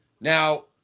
now